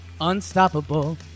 unstoppable